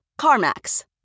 CarMax